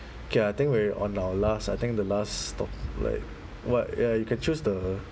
okay I think we're on our last I think the last top~ like what ya you can choose the